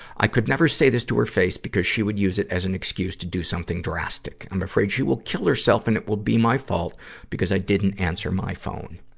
i could never say this to her face because she would use it as an excuse to do something drastic. i'm afraid she will kill herself and it will be my fault because i didn't answer my phone.